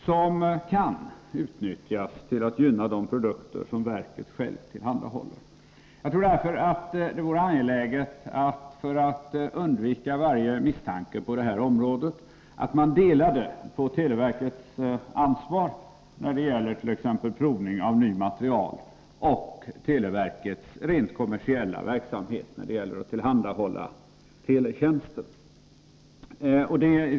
Detta kan utnyttjas till att gynna de produkter som verket självt tillhandahåller. Jag tror därför att det vore angeläget att man, för att undvika varje misstanke på detta område, delade på televerkets ansvar när det gäller t.ex. provning av ny materiel och televerkets rent kommersiella verksamhet med att tillhandahålla teletjänster.